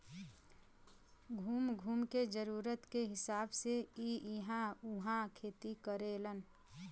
घूम घूम के जरूरत के हिसाब से इ इहां उहाँ खेती करेलन